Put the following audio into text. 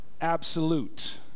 absolute